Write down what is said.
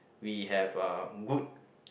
we have uh good